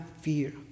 fear